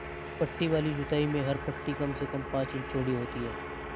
पट्टी वाली जुताई में हर पट्टी कम से कम पांच इंच चौड़ी होती है